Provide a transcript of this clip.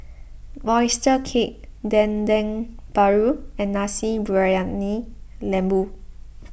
Oyster Cake Dendeng Paru and Nasi Briyani Lembu